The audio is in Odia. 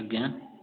ଆଜ୍ଞା